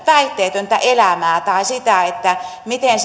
päihteetöntä elämää tai sitä miten